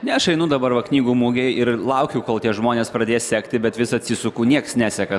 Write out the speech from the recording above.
ne aš einu dabar va knygų mugėj ir laukiu kol tie žmonės pradės sekti bet vis atsisuku niekas neseka